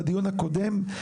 בדיון הקודם,